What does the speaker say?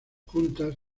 juntas